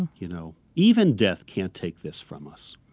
you know, even death can't take this from us.